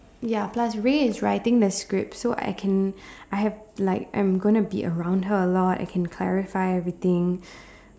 ya plus Rae is writing the script so I can I have like I'm gonna be around her a lot I can clarify everything